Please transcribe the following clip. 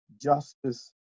justice